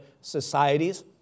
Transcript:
societies